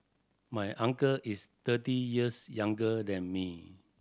my uncle is thirty years younger than me